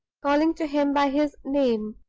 calling to him by his name.